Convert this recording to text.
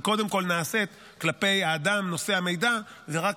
היא קודם כול נעשית כלפי האדם נושא המידע ורק